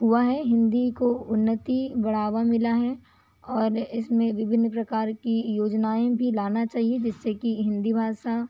हुआ है हिंदी को उन्नति बढ़ावा मिला है और इसमें विभिन्न प्रकार की योजनाएं भी लाना चाहिए जिस से कि हिंदी भाषा